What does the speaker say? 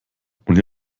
und